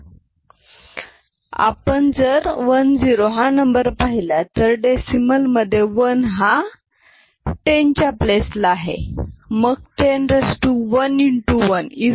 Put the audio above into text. आपण जर 1 0 हा नंबर पहिला तर डेसिमल मधे 1 हा 10 च्या प्लेस ला आहे